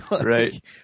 Right